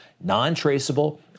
non-traceable